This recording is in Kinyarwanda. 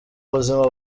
buzima